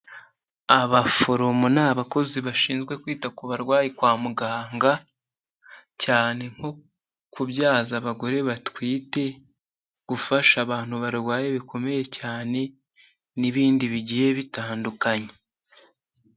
Abaforomo ni abakozi bashinzwe kwita ku barwayi kwa muganga cyane nko kubyaza abagore batwite, gufasha abantu barwaye bikomeye cyane n'ibindi bigiye bitandukanye.